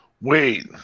Wait